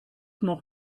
noch